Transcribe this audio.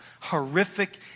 horrific